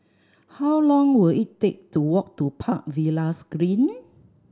how long will it take to walk to Park Villas Green